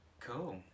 Cool